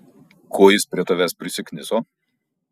ko jis prie tavęs prisikniso